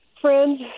Friends